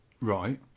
Right